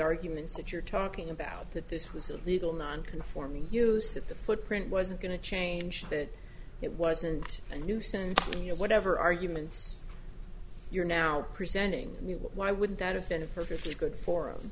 arguments that you're talking about that this was a legal non conforming use that the footprint wasn't going to change that it wasn't a nuisance and you know whatever arguments you're now presenting why wouldn't that have been a perfectly good for